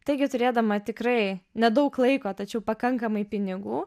taigi turėdama tikrai nedaug laiko tačiau pakankamai pinigų